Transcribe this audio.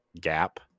gap